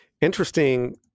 interesting